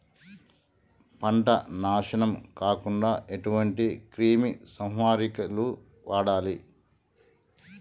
పంట నాశనం కాకుండా ఎటువంటి క్రిమి సంహారిణిలు వాడాలి?